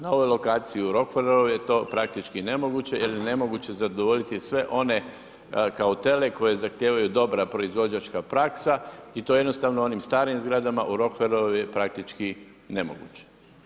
Na ovoj lokaciji u Rockfellerovoj je to praktičko nemoguće, jer je nemoguće zadovoljiti sve one kautele koji zahtijevaju dobra proizvođačka praksa i to jednostavno u onim starim zgradama u Rockfellerovoj je praktički nemoguće.